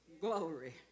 glory